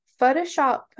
Photoshop